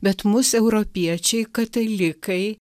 bet mus europiečiai katalikai